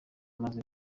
amaze